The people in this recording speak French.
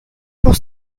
pour